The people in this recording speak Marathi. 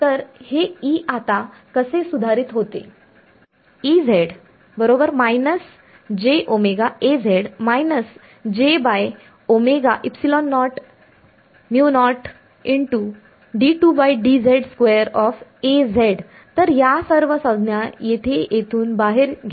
तर हे E आता कसे सुधारित होते तर या सर्व संज्ञा येथे येथून बाहेर घेऊ